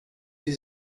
sie